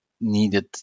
needed